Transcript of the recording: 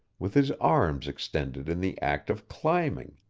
with his arms extended in the act of climbing,